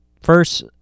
First